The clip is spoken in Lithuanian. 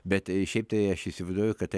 bet šiaip tai aš įsivaizduoju kad tai